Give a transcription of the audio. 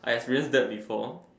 I experience that before